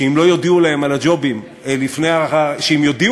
שאם יודיעו להם על הג'ובים לפני החקיקה,